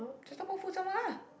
just talk about food some more lah